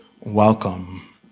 welcome